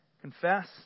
Confess